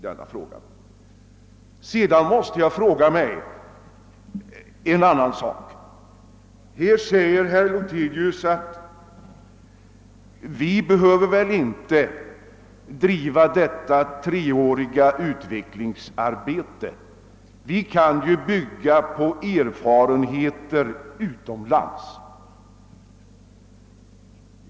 Herr Lothigius säger att vi inte behöver bedriva detta treåriga utvecklingsarbete — vi kan bygga på erfarenheter utomlands.